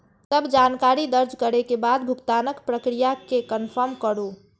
सब जानकारी दर्ज करै के बाद भुगतानक प्रक्रिया कें कंफर्म करू